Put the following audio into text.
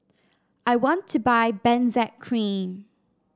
I want to buy Benzac Cream